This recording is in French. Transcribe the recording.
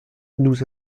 nous